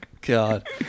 God